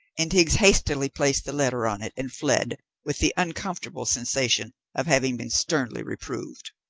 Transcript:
and higgs hastily placed the letter on it and fled, with the uncomfortable sensation of having been sternly reproved.